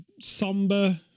somber